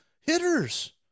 hitters